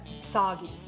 soggy